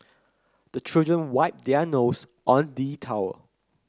the children wipe their nose on the towel